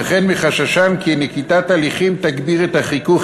וכן מחששן כי נקיטת הליכים תגביר את החיכוך